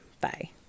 Bye